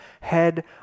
head